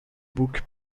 bouc